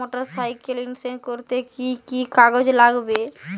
Motorcycle insurance করতে কি কি কাগজ লাগবে?